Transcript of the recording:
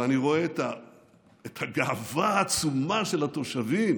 ואני רואה את הגאווה העצומה של התושבים